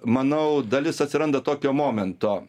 manau dalis atsiranda tokio momento